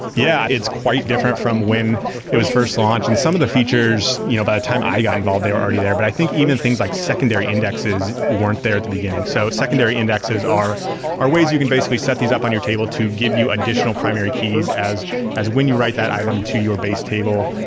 yeah. it's quite different from when it was first launched, and some of the features you know by the time i got involved, they are already there. but i think even things like secondary indexes weren't there at the beginning. so secondary indexes are are ways you can basically set these up on your table to give you additional primary keys as as when you write that item to your base table.